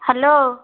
hello